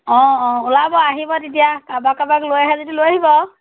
অঁ অঁ ওলাব আহিব তেতিয়া কাৰোবাক কাৰোবাক লৈ আহে যদি লৈ আহিব আৰু